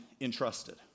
entrusted